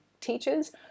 teachers